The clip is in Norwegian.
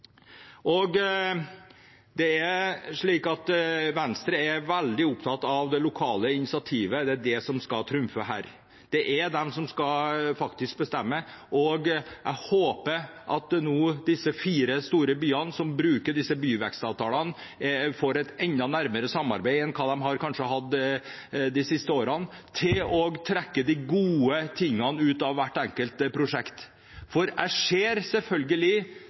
bestemme. Og jeg håper at disse fire store byene som bruker disse byvekstavtalene, nå får et enda nærmere samarbeid enn hva de kanskje har hatt de siste årene, slik at de kan trekke de gode tingene ut av hvert enkelt prosjekt. For jeg ser selvfølgelig